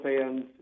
fans